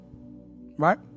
right